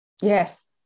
Yes